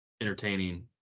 entertaining